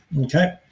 okay